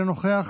אינו נוכח,